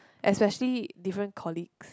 especially different colleagues